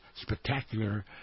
spectacular